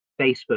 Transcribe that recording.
Facebook